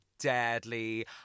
deadly